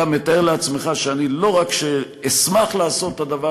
אתה מתאר לעצמך שלא רק שאני אשמח לעשות את הדבר